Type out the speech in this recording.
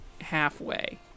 halfway